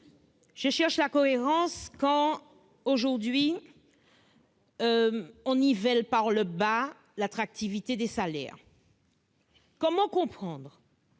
je cherche la cohérence ! Aujourd'hui, on nivelle par le bas l'attractivité des salaires. Comment l'expliquer ?